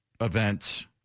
events